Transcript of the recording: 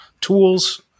tools